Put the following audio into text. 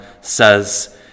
says